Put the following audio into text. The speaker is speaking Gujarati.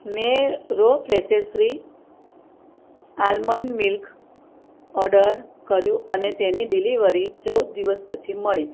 મેં રો પ્રેસ્સેસરી આલમંડ મિલ્ક ઓર્ડર કર્યું અને તેની ડિલિવરી ચૌદ દિવસ પછી મળી